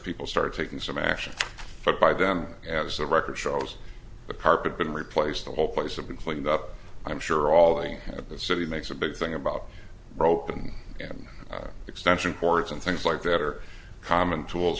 people started taking some action but by then as the record shows the carpet been replaced the whole place had been cleaned up i'm sure all of the city makes a big thing about rope and an extension cords and things like that are common tools